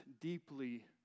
deeply